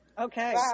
Okay